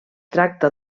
tracta